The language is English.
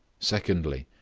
secondly,